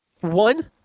One